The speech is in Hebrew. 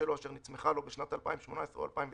מכיוון שאנחנו מדברים כאן על אירוע יוצא דופן,